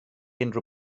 unrhyw